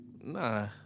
Nah